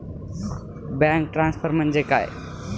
Bank transfer म्हणजे काय?